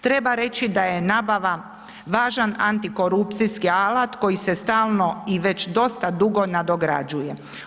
Treba reći da je nabava važan antikorupcijski alat koji ste stalno i već dosta dugo nadograđuje.